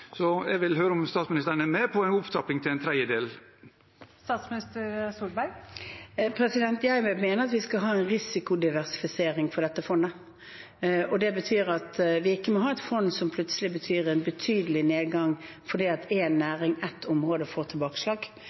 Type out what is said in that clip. Jeg vil høre om statsministeren er med på en opptrapping til en tredjedel. Jeg vil mene at vi skal ha en risikodiversifisering for dette fondet. Det betyr at vi ikke må ha et fond som plutselig får en betydelig nedgang fordi én næring eller ett område får tilbakeslag.